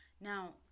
Now